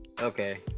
okay